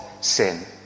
sin